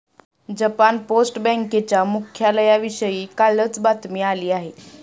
Japan post बँकेच्या मुख्यालयाविषयी कालच बातमी आली आहे